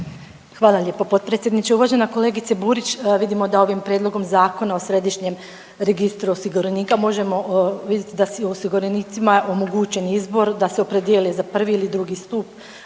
Hvala lijepa potpredsjedniče. Uvažena kolegice Burić, vidimo da ovim prijedlogom Zakona o središnjem registru osiguranika možemo vidjet da svi osiguranicima omogućen izbor da se opredijele za prvi ili drugi stup,